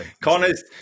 Connor's